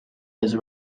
his